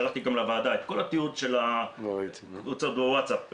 שלחתי לוועדה את כל התיעוד של הקבוצות בוואטס אפ.